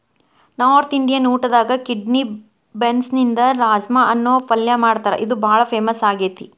north Indian ಊಟದಾಗ kidney ಬೇನ್ಸ್ನಿಂದ ರಾಜ್ಮಾ ಅನ್ನೋ ಪಲ್ಯ ಮಾಡ್ತಾರ ಇದು ಬಾಳ ಫೇಮಸ್ ಆಗೇತಿ